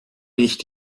nicht